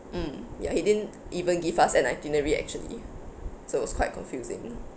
mm ya he didn't even give us an itinerary actually so it was quite confusing